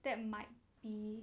that might be